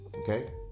Okay